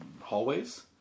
hallways